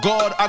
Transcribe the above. God